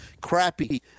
crappy